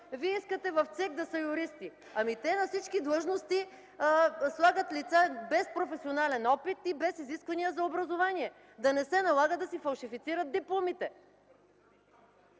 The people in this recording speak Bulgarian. вие искате в ЦИК да са юристи?! Те на всички длъжности слагат лица без професионален опит и без изисквания за образование. Да не се налага да се фалшифицират дипломите.